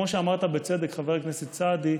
כמו שאמרת בצדק, חבר הכנסת סעדי,